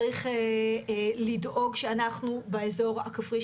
צריך לדאוג שאנחנו באזור הכפרי,